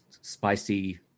spicy